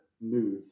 move